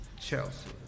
Chelsea